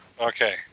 Okay